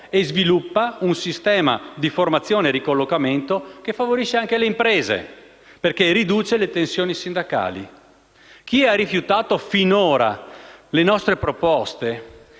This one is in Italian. e sviluppa un sistema di formazione e ricollocamento che favorisce anche le imprese, perché riduce le tensioni sindacali. Chi ha rifiutato finora le nostre proposte,